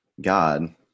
God